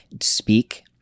speak